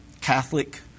Catholic